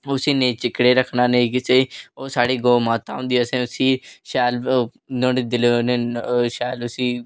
उसी नेईं चिक्कड़े ई रक्खना नेईं किसै ई ओह् साढ़ी गौऽ माता होंदी असें उसी शैल नुहाड़े दिलै कन्नै शैल उसी